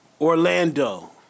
Orlando